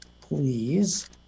please